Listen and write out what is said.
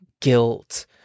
guilt